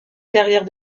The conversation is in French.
carrière